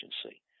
Agency